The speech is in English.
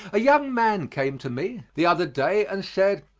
a young man came to me the other day and said,